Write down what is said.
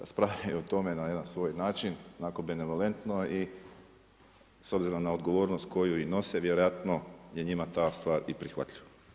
Raspravljaju o tome na jedan svoj način onako benevolentno i s obzirom na odgovornost koju i nose vjerojatno je njima ta stvar i prihvatljiva.